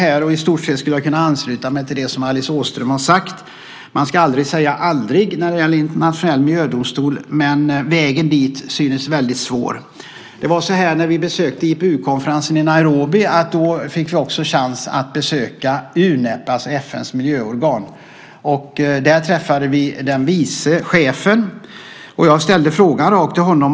I stort sett skulle jag kunna ansluta mig till det som Alice Åström har sagt. Man ska aldrig säga aldrig när det gäller internationell miljödomstol, men vägen dit synes svår. När vi besökte IPU-konferensen i Nairobi fick vi också chansen att besöka Unep, FN:s miljöorgan. Där träffade vi vice chefen. Jag ställde en rak fråga till honom.